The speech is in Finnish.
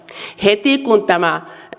heti kun